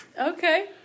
Okay